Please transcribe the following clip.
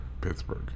Pittsburgh